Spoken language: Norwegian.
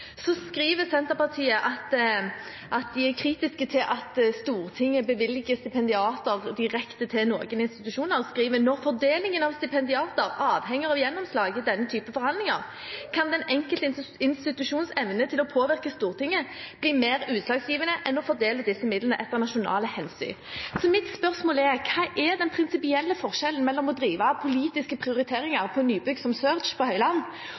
skriver Senterpartiet at de er kritiske til at Stortinget bevilger stipendiater direkte til noen institusjoner. De skriver: «Når fordelingen av stipendiater avhenger av gjennomslag i denne type forhandlinger, kan den enkelte institusjons evne til å påvirke Stortinget bli mer utslagsgivende enn å fordele disse midlene etter nasjonale hensyn.» Mitt spørsmål er: Hva er den prinsipielle forskjellen mellom å drive politiske prioriteringer til nybygg som SEARCH på Høyland